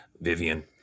Vivian